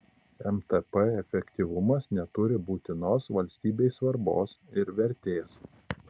mtp efektyvumas neturi būtinos valstybei svarbos ir vertės